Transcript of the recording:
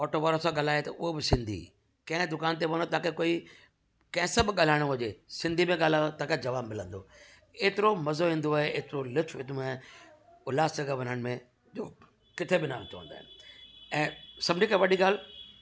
auto वारा सां ॻाल्हाए त हुअ बि सिंधी कंहिं दुकान ते वञो तव्हांखे कोई कंहिं सां बि ॻाल्हायणो हुजे सिंधी में ॻाल्हायो तव्हांखे जवाब मिलंदो एतिरो मज़ो ईंदो आहे एतिरो लूफ़्तु मिलंदो आहे उल्हास नगर वञनि में जो किथे बि न चवंदा आहिनि ऐं सभिनीनि खां वॾी ॻाल्हि